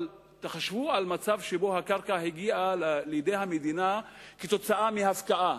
אבל תחשבו על מצב שבו הקרקע הגיעה לידי המדינה כתוצאה מהפקעה,